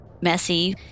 messy